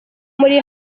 muri